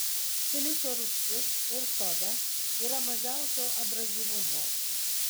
silicio rūgštis ir soda yra mažiausio abrazyvumo